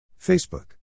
Facebook